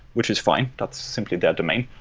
which is fine. that's simply their domain.